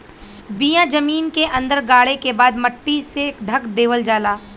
बिया जमीन के अंदर गाड़े के बाद मट्टी से ढक देवल जाला